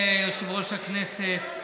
אדוני יושב-ראש הכנסת,